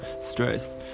stress